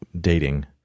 dating